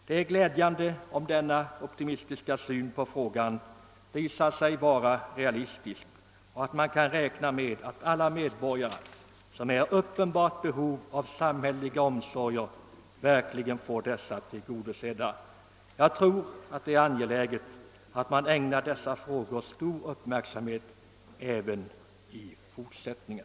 Det är glädjande om denna optimistiska syn på frågan visar sig vara realistisk, så att man kan räkna med att alla medborgare som är i uppenbart behov av samhälleliga omsorger verkligen får detta behov tillgodosett. Jag tror det är angeläget att dessa frågor ägnas stor uppmärksamhet även i fortsättningen.